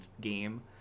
game